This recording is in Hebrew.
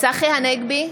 צחי הנגבי,